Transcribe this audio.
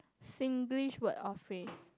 Singlish word of phase